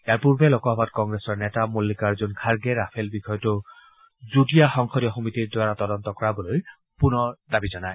ইয়াৰ পূৰ্বে লোকসভাত কংগ্ৰেছৰ নেতা মালিকাৰ্জুন খাৰ্গে ৰাফেল বিষয়টো যুটীয়া সংসদীয় সমিতিৰ দ্বাৰা তদন্ত কৰাবলৈ পুনৰ দাবী জনায়